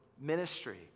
ministry